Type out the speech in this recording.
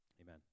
Amen